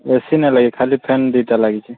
ଏ C ନା ଲାଗି ଖାଲି ଫ୍ୟାନ୍ ଦୁଇଟା ଲାଗିଛି